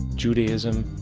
judaism,